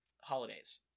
holidays